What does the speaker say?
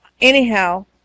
Anyhow